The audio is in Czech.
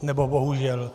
Nebo bohužel...